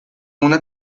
una